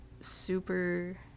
super